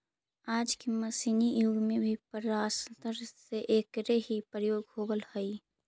आज के मशीनी युग में भी प्रकारान्तर से एकरे ही प्रयोग होवऽ हई